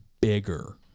bigger